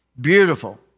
Beautiful